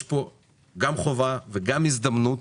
יש פה גם חובה וגם הזדמנות